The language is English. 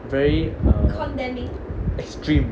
very uh extreme